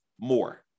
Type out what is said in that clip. more